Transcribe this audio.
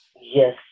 Yes